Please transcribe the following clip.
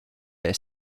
est